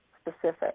specific